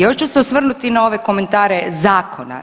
Još ću se osvrnuti na ove komentare zakona.